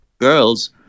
girls